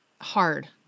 hard